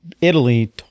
italy